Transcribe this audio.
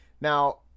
Now